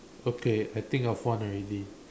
okay I think have one already